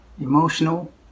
emotional